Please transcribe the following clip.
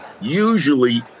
usually